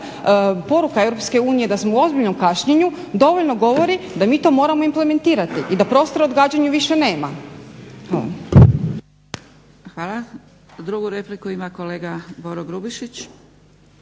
poruka EU da smo u ozbiljnom kašnjenju dovoljno govori da mi to moramo implementirati i da prostora odgađanju više nema. Hvala.